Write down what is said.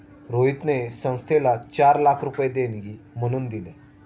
रोहितने संस्थेला चार लाख रुपये देणगी म्हणून दिले